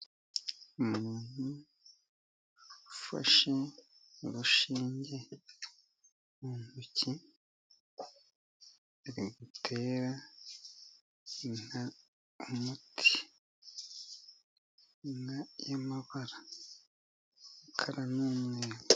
Umuntu ufashe urushinge mu ntoki, uri gutera inka umuti. Inka y'amabara umukara n'umweru.